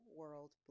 world